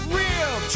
real